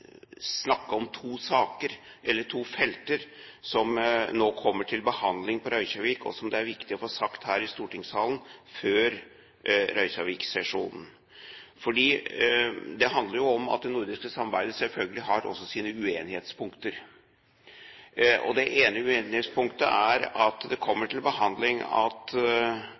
snakke om to felter som nå kommer til behandling på Reykjavik, og som det er viktig å få sagt her i stortingssalen før Reykjavik-sesjonen. Det handler om at det nordiske samarbeidet selvfølgelig også har sine uenighetspunkter. Det ene uenighetspunktet er – det kommer til behandling – at